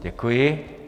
Děkuji.